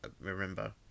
remember